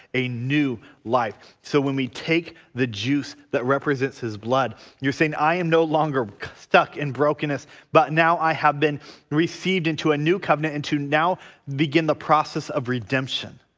a new life so when we take the juice that represents his blood you're saying i am no longer stuck in brokenness but now i have been received into a new covenant and to now begin the process of redemption